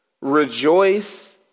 rejoice